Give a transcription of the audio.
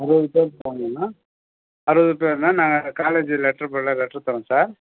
ஒம்போது பேர் போனிங்கனா அறுபது பேருனா நாங்கள் காலேஜில் லெட்ரு பேடில் லெட்ரு தர்றோம் சார்